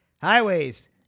Highways